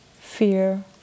fear